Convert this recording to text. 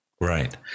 Right